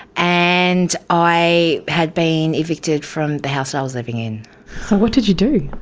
and i had been evicted from the house i was living in. so what did you do?